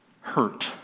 hurt